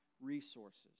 resources